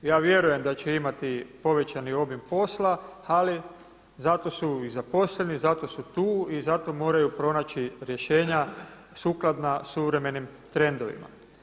Ja vjerujem da će imati povećani obim posla ali zato su i zaposleni, zato su tu i zato moraju pronaći rješenja sukladna suvremenim trendovima.